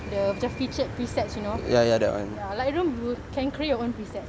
the featured presets you know ya lightroom you can created your own preset